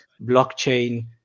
blockchain